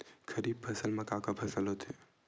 खरीफ फसल मा का का फसल होथे?